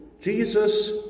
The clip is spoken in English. Jesus